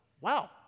Wow